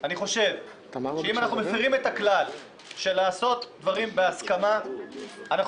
אני חושב שאם אנחנו מפירים את הכלל של לעשות דברים בהסכמה אנחנו